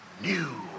new